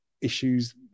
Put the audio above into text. issues